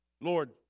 Lord